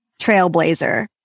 trailblazer